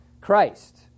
Christ